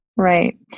Right